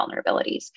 vulnerabilities